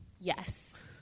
Yes